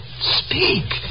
speak